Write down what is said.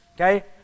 okay